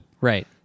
Right